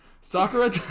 Sakura